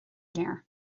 léir